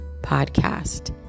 podcast